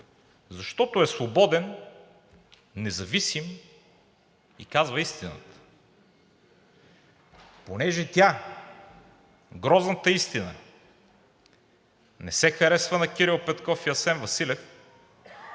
Защото е свободен, независим и казва истината. Понеже тя, грозната истина, не се харесва на Кирил Петков и Асен Василев,